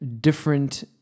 different